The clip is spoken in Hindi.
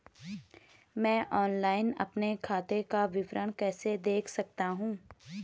मैं ऑनलाइन अपने खाते का विवरण कैसे देख सकता हूँ?